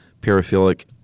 paraphilic